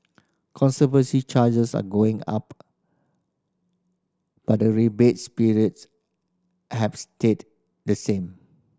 conservancy charges are going up but the rebate spirits have stayed the same